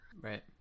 Right